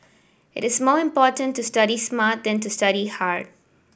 it is more important to study smart than to study hard